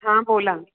हां बोला